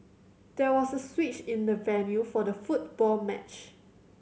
there was a switch in the venue for the football match